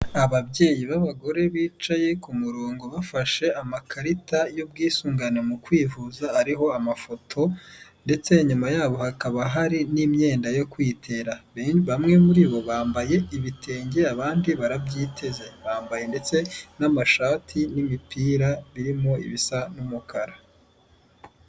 Ababyeyi b'abagore bicaye ku murongo bafashe amakarita y'ubwisungane mu kwivuza ariho amafoto, ndetse inyuma yabo hakaba hari n'imyenda yo kwitera, bamwe muri bo bambaye ibitenge abandi barabyiteze, bambaye ndetse n'amashati n'imipira birimo ibisa n'umukara.